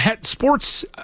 sports